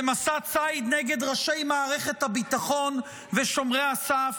במסע ציד נגד ראשי מערכת הביטחון ושומרי הסף